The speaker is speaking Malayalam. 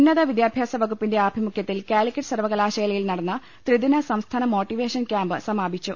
ഉന്നത വിദ്യാഭ്യാസ വകുപ്പിന്റെ ആഭിമുഖ്യത്തിൽ കാലിക്കറ്റ് സർവ കലാശാലയിൽ നടന്ന ത്രിദിന സംസ്ഥാന മോട്ടിവേഷൻ കൃാമ്പ് സമാ പിച്ചു